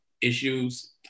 issues